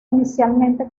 inicialmente